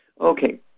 Okay